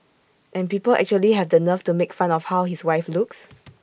and people actually have the nerve to make fun of how his wife looks